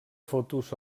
fotos